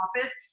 office